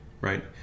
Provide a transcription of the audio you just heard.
right